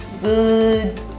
good